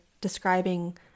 describing